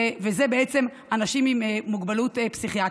ואלו האנשים עם מוגבלות פסיכיאטרית.